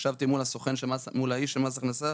ישבתי מול האיש של מס הכנסה,